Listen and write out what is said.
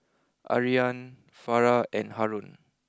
Aryan Farah and Haron